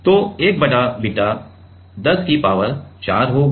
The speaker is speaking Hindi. तो १ बटा बीटा १० की पावर 4 होगा